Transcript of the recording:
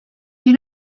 you